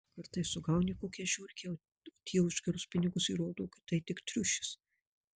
kartais sugauni kokią žiurkę o tie už gerus pinigus įrodo kad tai tik triušis